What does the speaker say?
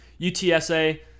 UTSA